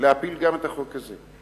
להפיל גם את החוק הזה.